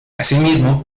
asimismo